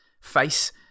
face